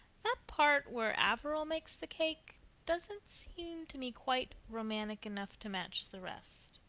that part where averil makes the cake doesn't seem to me quite romantic enough to match the rest.